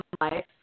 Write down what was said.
life